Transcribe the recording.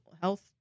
health